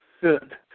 Good